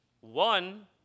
one